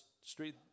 street